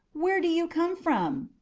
where do you come from?